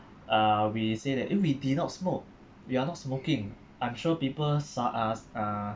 uh we say that eh we did not smoke we are not smoking I'm sure people saw us uh